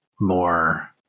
more